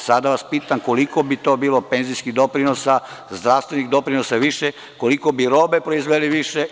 Sada vas pitam koliko bi to bilo penzijskih doprinosa, zdravstvenih doprinosa više, koliko bi robe proizveli više?